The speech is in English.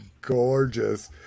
gorgeous